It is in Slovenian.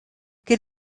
ker